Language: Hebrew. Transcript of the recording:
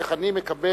איך אני מקבל,